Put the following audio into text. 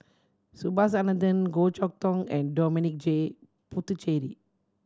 Subhas Anandan Goh Chok Tong and Dominic J Puthucheary